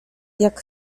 jak